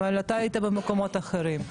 אבל אתה היית במקומות אחרים.